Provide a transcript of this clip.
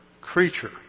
creature